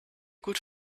gut